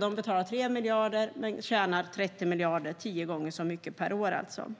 De betalar 3 miljarder men tjänar 30 miljarder - tio gånger så mycket per år alltså.